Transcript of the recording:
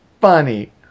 funny